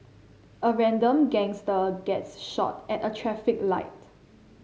a random gangster gets shot at a traffic light